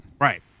Right